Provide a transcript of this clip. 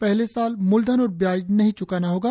पहले साल मूलधन और ब्याज नहीं च्काना होगा